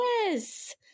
Yes